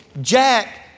Jack